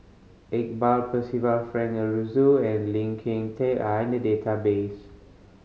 Iqbal Percival Frank Aroozoo and Lee Kin Tat are in the database